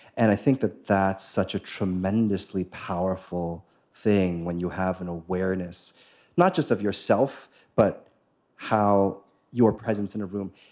and i think that is such a tremendously powerful thing, when you have an awareness not just of yourself but how your presence in a room